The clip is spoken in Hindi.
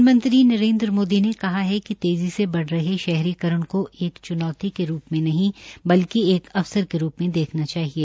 प्रधानमंत्री नरेन्द्र मोदी ने कहा है कि तेज़ी से बढ़ रहे शहरीकरण को एक च्नौती के रू में नहीं बल्कि एक अवसर के रू में देखना चाहिए